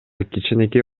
кичинекей